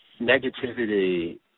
negativity